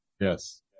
Yes